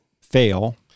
fail